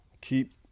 keep